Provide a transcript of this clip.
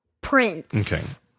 Prince